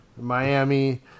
Miami